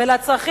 סגנית השר,